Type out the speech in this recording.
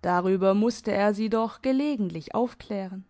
darüber musste er sie doch gelegentlich aufklären